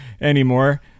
anymore